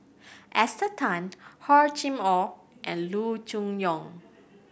Esther Tan Hor Chim Or and Loo Choon Yong